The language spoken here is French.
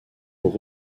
pour